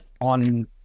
on